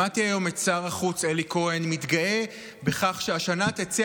שמעתי היום את שר החוץ אלי כהן מתגאה בכך שהשנה תצא